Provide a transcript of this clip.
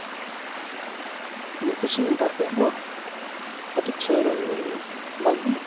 ᱩᱱᱟᱹᱜ ᱠᱤᱪᱷᱩᱧ ᱚᱰᱟᱨ ᱠᱮᱫ ᱫᱚ ᱠᱟᱹᱴᱤᱡ ᱪᱷᱟᱹᱲᱮᱢ ᱵᱟᱢ ᱤᱢᱟᱹᱧᱟ